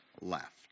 left